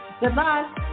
Goodbye